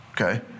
okay